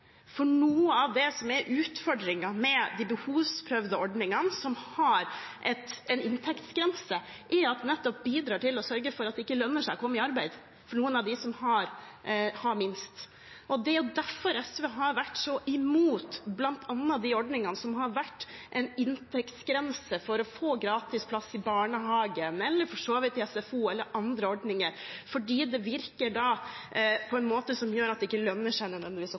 Noe av det som er utfordringen med de behovsprøvde ordningene, som har en inntektsgrense, er at de bidrar til at det ikke lønner seg å komme ut i arbeid for noen av dem som har minst. Det er derfor SV har vært så sterkt imot bl.a. de ordningene som har hatt en inntektsgrense for å få gratis plass i barnehage, SFO og andre ordninger, for de virker på en måte som gjør at det ikke nødvendigvis lønner seg